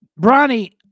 Bronny